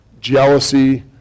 jealousy